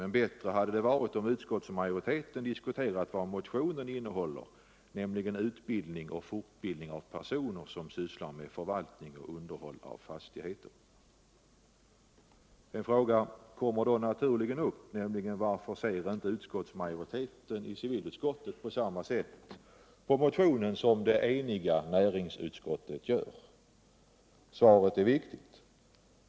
Men bättre hade det varit om utskottsmajoriteten diskuterat vad motionen innehåller, nämligen förslag om utbildning och fortbildning av personer som sysslar med förvaltning och underhåll av fastigheter. En fråga kommer då naturligen upp, nämligen: Varför ser majoriteten I civilutskottet inte på motionen på samma sätt Som det eniga näringsulskottet gör? Svaret är viktigt.